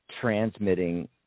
transmitting